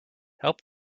help